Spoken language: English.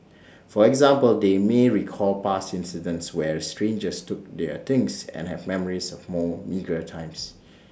for example they may recall past incidents where strangers took their things and have memories of more meagre times